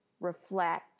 reflect